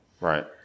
Right